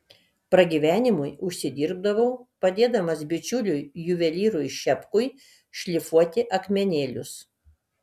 pragyvenimui užsidirbdavau padėdamas bičiuliui juvelyrui šepkui šlifuoti akmenėlius